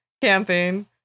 camping